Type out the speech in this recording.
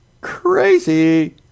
crazy